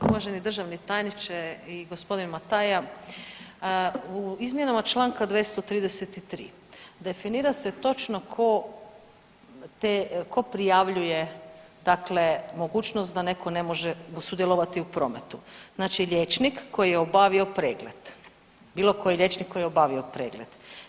Uvaženi državni tajniče i g. Mataija, u izmjenama čl. 233 definira se točno tko te, tko prijavljuje dakle mogućnost da netko ne može sudjelovati u prometu, znači liječnik koji je obavio pregled, bilo koji liječnik koji je obavio pregled.